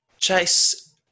Chase